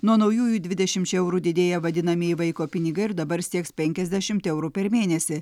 nuo naujųjų dvidešimčia eurų didėja vadinamieji vaiko pinigai ir dabar sieks penkiasdešimt eurų per mėnesį